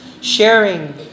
sharing